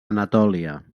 anatòlia